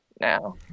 now